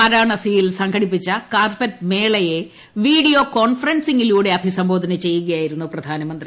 വാരാണസിയിൽ സംഘടിപ്പിച്ച കാർപ്പറ്റ് മേളയെ വീഡിയോ കോൺഫറൻസിംഗിലൂടെ അഭിസംബോധന ചെയ്യുകയായിരുന്നു പ്രധാനമന്ത്രി